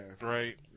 right